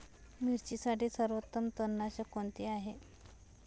मिरचीसाठी सर्वोत्तम तणनाशक कोणते आहे?